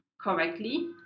correctly